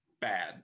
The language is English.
bad